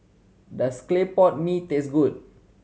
does clay pot mee taste good